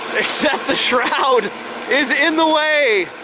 except the shroud is in the way.